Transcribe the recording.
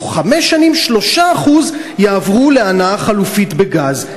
בתוך חמש שנים 3% יעברו להנעה חלופית בגז.